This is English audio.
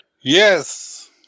Yes